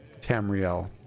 Tamriel